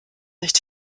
nicht